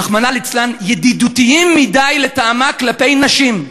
רחמנא ליצלן, ידידותיים מדי, לטעמה, כלפי נשים.